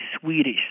Swedish